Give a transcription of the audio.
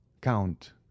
count